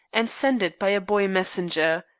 and sent it by a boy messenger.